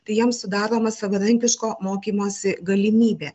tai jiem sudaroma savarankiško mokymosi galimybė